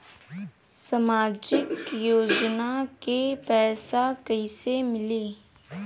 सामाजिक योजना के पैसा कइसे मिली?